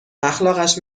اخلاقش